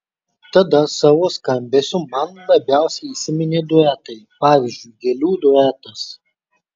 tada savo skambesiu man labiausiai įsiminė duetai pavyzdžiui gėlių duetas